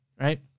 Right